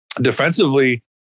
Defensively